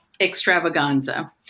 extravaganza